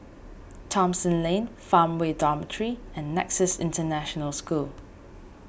Thomson Lane Farmway Dormitory and Nexus International School